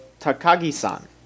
Takagi-san